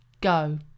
go